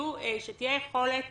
שתהיה יכולת